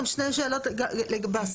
אני רוצה לשאול אתכם שתי שאלות לגבי השיח